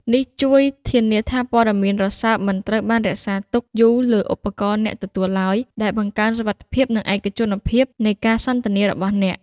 នេះជួយ ធានាថាព័ត៌មានរសើបមិនត្រូវបានរក្សាទុកយូរលើឧបករណ៍អ្នកទទួលឡើយ ដែលបង្កើនសុវត្ថិភាព និងឯកជនភាពនៃការសន្ទនារបស់អ្នក។